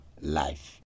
life